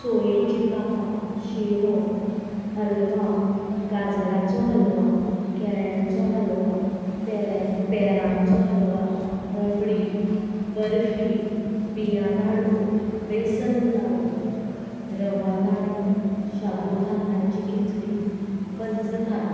सोयेचीं कापां शिरो हलवा गाजराचो हलवा केळ्यांचो हलवा पेऱ्या पेरांचो हलवा रबडी बर्फी बियां लाडू बेसन लाडू रवा लाडू शाबू तांदळाची खिचडी पंचखाद